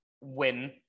win